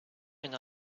and